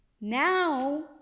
Now